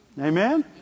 Amen